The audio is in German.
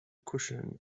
kuscheln